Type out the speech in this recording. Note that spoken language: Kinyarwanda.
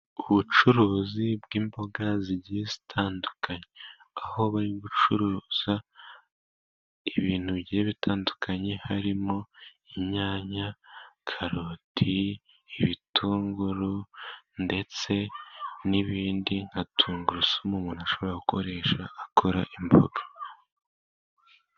Ubucuruzi bw'imboga zigiye zitandukanye, aho bari gucuruza ibintu bigiye bitandukanye, harimo inyanya, karoti, ibitunguru, ndetse n'ibindi. Nka tungurusumu, umuntu ashobora gukoresha akora imboga.